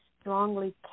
strongly